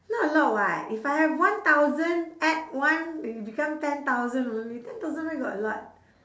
not allowed [what] if I have one thousand add one it become ten thousand only ten thousand where got a lot